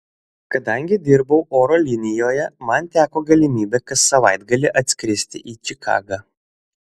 kadangi dirbau oro linijoje man teko galimybė kas savaitgalį atskristi į čikagą